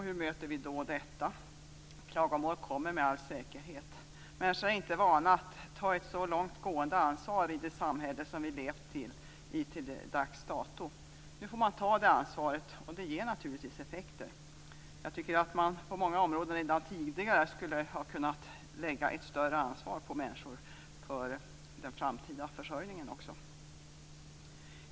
Hur möter vi då detta? Klagomål kommer med all säkerhet. Människor är inte vana vid att ta ett så långtgående ansvar i det samhälle vi levt i till dags dato. Nu får man ta det ansvaret, och det ger naturligtvis effekter. Jag tycker att man på många områden redan tidigare skulle ha kunnat lägga ett större ansvar på människor också för den framtida försörjningen.